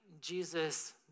Jesus